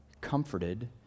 comforted